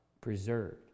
preserved